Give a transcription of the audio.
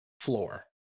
floor